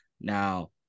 Now